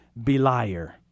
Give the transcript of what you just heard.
Beliar